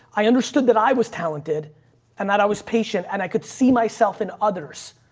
i understood that i was talented and that i was patient and i could see myself in others.